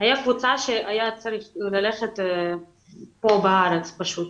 והייתה תקופה שהיה צריך ללכת פה בארץ פשוט